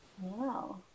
wow